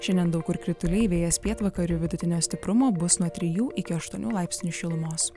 šiandien daug kur krituliai vėjas pietvakarių vidutinio stiprumo bus nuo trijų iki aštuonių laipsnių šilumos